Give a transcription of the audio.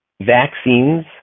vaccines